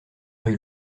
rue